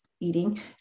eating